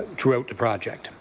throughout the project.